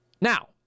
Now